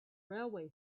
railway